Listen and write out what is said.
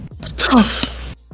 tough